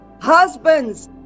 Husbands